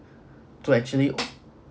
to actually